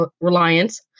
Reliance